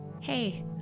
Hey